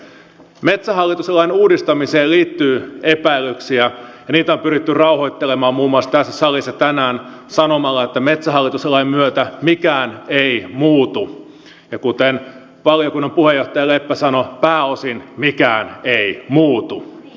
metsähallitus lain uudistamiseen liittyy epäilyksiä ja niitä on pyritty rauhoittelemaan muun muassa tässä salissa tänään sanomalla että metsähallitus lain myötä mikään ei muutu ja kuten valiokunnan puheenjohtaja leppä sanoi pääosin mikään ei muutu